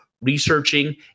researching